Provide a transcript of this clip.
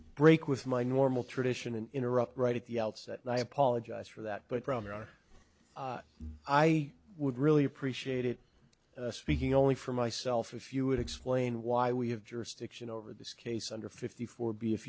break with my normal tradition and interrupt right at the outset and i apologize for that but there are i would really appreciate it speaking only for myself if you would explain why we have jurisdiction over this case under fifty four b if